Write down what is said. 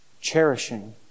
cherishing